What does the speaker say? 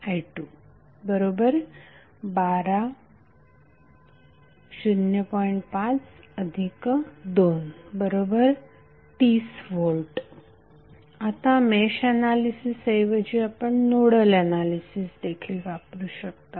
5230V आता mesh analysis ऐवजी आपण नोडल एनालिसिस देखील वापरू शकता